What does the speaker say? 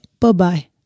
Bye-bye